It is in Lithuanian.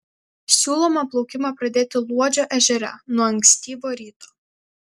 siūloma plaukimą pradėti luodžio ežere nuo ankstyvo ryto